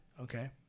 okay